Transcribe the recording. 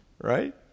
Right